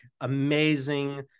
amazing